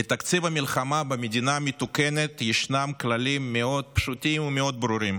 לתקציב מלחמה במדינה מתוקנת יש כללים מאוד פשוטים ומאוד ברורים.